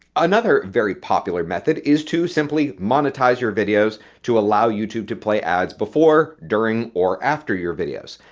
another very popular method is to simply monetize your videos to allow youtube to play ads before, during, or after your videos.